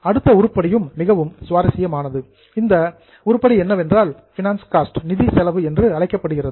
அடுத்த உருப்படியும் மிகவும் சுவாரசியமானது இது பைனான்ஸ் காஸ்ட் நிதி செலவு என்று அழைக்கப்படுகிறது